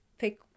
pick